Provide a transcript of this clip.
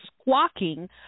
squawking